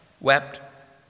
wept